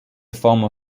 former